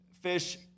Fish